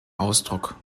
ausdruck